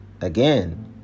again